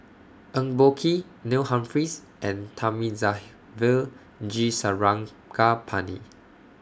Eng Boh Kee Neil Humphreys and Thamizhavel G Sarangapani